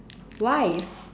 why